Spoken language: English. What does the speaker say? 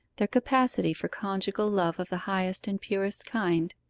their capacity for conjugal love of the highest and purest kind,